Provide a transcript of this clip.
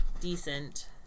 decent